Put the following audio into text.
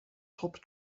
top